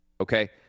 okay